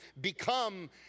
become